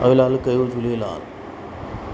आहियो लाल कयो झूलेलाल